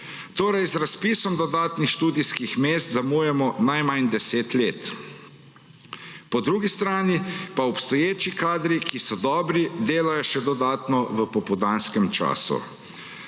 delo. Z razpisom dodatnih študijskih mest zamujamo najmanj deset let. Po drugi strani pa obstoječi kadri, ki so dobri, delajo še dodatno v popoldanskem času.